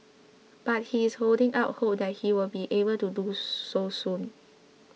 but he is holding out hope that he will be able to do so soon